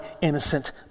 innocent